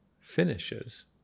finishes